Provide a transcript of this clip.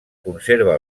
conserva